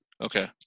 Okay